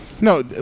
No